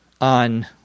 on